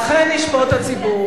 אכן ישפוט הציבור.